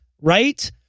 right